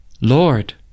Lord